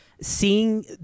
seeing